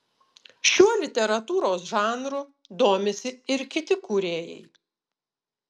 šiuo literatūros žanru domisi ir kiti kūrėjai